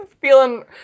feeling